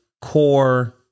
core